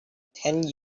ten